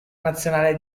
nazionale